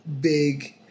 big